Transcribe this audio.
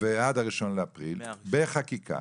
עד ה- 1.4.2023, בחקיקה